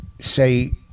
say